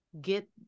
get